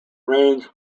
range